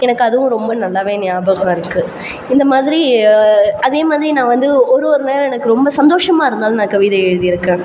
எனக்கு அதுவும் ரொம்ப நல்லாவே ஞாபகம் இருக்குது இந்த மாதிரி அதேமாதிரி நான் வந்து ஒரு ஒரு நேரம் எனக்கு ரொம்ப சந்தோஷமாக இருந்தாலும் நான் கவிதை எழுதியிருக்கேன்